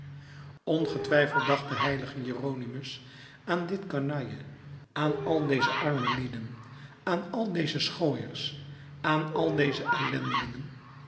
ongetwijfeld dacht de h jeronimus aan dit kanalje aan al deze arme lieden aan al deze schooiers aan al deze ellendigen